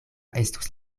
estus